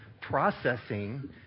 processing